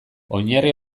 oinarri